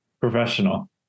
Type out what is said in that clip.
Professional